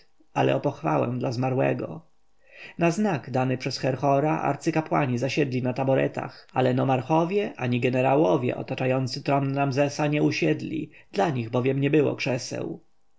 ale o pochwałę dla zmarłego na znak dany przez herhora arcykapłani zasiedli na taboretach ale nomarchowie ani jenerałowie otaczający tron ramzesa nie usiedli dla nich bowiem nie było krzeseł